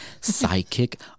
psychic